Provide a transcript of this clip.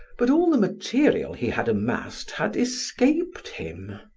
but all the material he had amassed had escaped him.